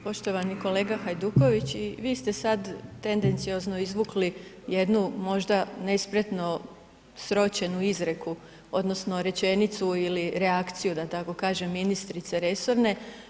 Poštovani kolega Hajduković, i vi ste sad tendenciozno izvukli jednu možda nespretno sročenu izreku odnosno rečenicu ili reakciju da tako kažem ministrice resorne.